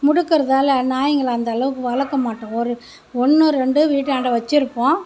முடுக்கறதால் நாய்ங்களை அந்தளவுக்கு வளர்க்க மாட்டோம் ஒரு ஒன்று ரெண்டு வீட்டாண்ட வச்சி இருப்போம்